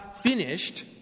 finished